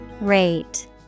Rate